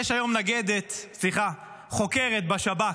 יש היום נגדת, סליחה, חוקרת בשב"כ,